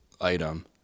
item